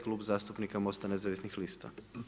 Klub zastupnika Mosta nezavisnih lista.